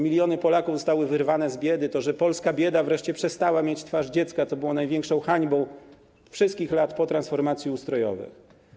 Miliony Polaków zostało wyrwanych z biedy, Polska bieda wreszcie przestała mieć twarz dziecka, co było największą hańbą wszystkich lat po transformacji ustrojowej.